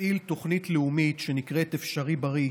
מפעיל תוכנית לאומית שנקראת אפשריבריא,